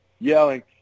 yelling